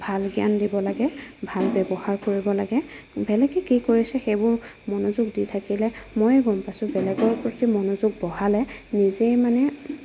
ভাল জ্ঞান দিব লাগে ভাল ব্যৱহাৰ কৰিব লাগে বেলেগে কি কৰিছে সেইবোৰ মনোযোগ দি থাকিলে ময়ে গম পাইছো বেলেগৰ প্ৰতি মনোযোগ বঢ়ালে নিজে মানে